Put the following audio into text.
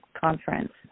conference